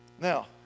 Now